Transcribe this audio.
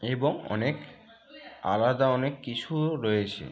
এবং অনেক আলাদা অনেক কিছুও রয়েছে